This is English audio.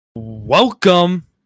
Welcome